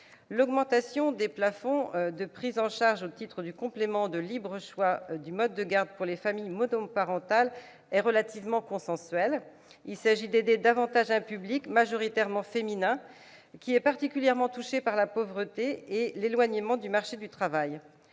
L'augmentation des plafonds de prise en charge au titre du complément de libre choix du mode de garde pour les familles monoparentales est relativement consensuelle. Il s'agit d'aider davantage un public, majoritairement féminin, qui est particulièrement touché par la pauvreté et l'éloignement du marché du travail.